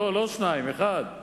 לא שניים, אחד.